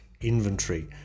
inventory